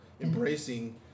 embracing